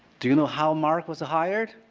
do you know how mark was hired?